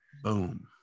Boom